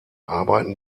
arbeiten